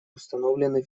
установлены